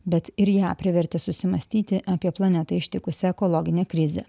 bet ir ją privertė susimąstyti apie planetą ištikusią ekologinę krizę